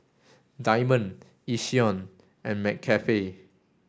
Diamond Yishion and McCafe